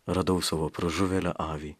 radau savo pražuvėlę avį